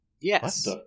Yes